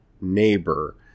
neighbor